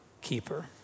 keeper